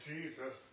Jesus